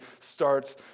starts